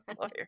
lawyer